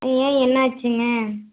ஏன் என்னாச்சுங்க